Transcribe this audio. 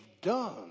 done